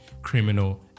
criminal